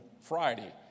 Friday